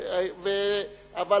כן, אדוני.